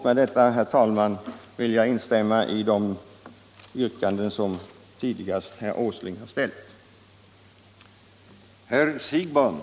Med detta, herr talman, vill jag instämma i de yrkanden som herr Åsling tidigare har ställt.